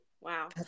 Wow